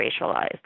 racialized